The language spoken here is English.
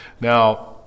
Now